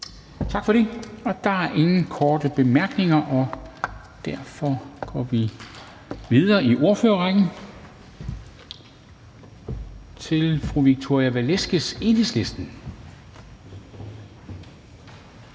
Tak for det. Der er ingen korte bemærkninger, og derfor går vi videre i ordførerrækken til fru Victoria Velasquez, Enhedslisten.